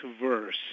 verse